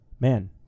man